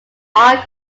are